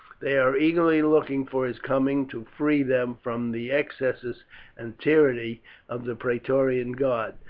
they are eagerly looking for his coming to free them from the excesses and tyranny of the praetorian guard,